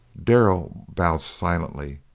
darrell bowed silently,